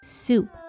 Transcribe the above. soup